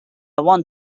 want